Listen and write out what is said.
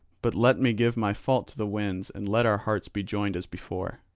but let me give my fault to the winds and let our hearts be joined as before.